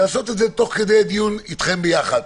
לעשות את זה תוך כדי דיון אתכם ביחד.